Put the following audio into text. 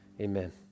amen